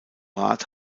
rat